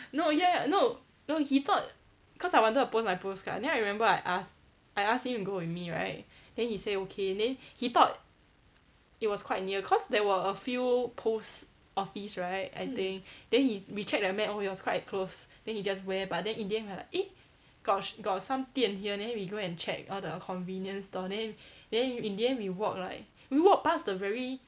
no ya no no he thought cause I wanted to post my postcard then I remember I asked I asked him to go with me right then he say okay then he thought it was quite near cause there were a few post office right I think then he we check the map oh it was quite close then he just wear but then in the end we like eh got got some 店 here then we go and check all the convenient stores then then in the end we walk like we walk past the very